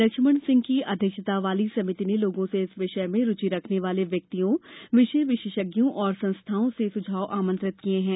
लक्ष्मण सिंह की अध्यक्षता वाली समिति ने लोगों से इस विषय में रुचि रखने वाले व्यक्तियों विषय विशेषज्ञों तथा संस्थाओं से सुझाव आमंत्रित किये गये हैं